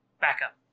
backup